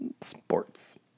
Sports